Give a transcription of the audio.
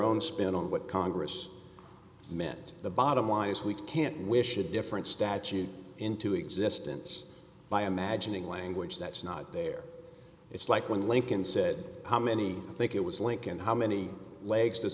own spin on what congress meant the bottom line is we can't wish a different statute into existence by imagining language that's not there it's like when lincoln said how many think it was lincoln how many legs does